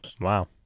Wow